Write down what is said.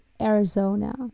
Arizona